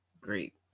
great